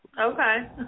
Okay